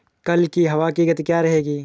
कल की हवा की गति क्या रहेगी?